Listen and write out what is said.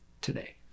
today